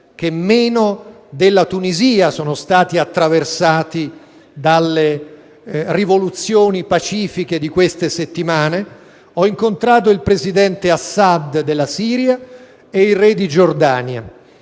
che meno della Tunisia sono stati attraversati dalle rivoluzioni pacifiche di queste settimane. Ho incontrato il presidente della Siria Assad e il re di Giordania: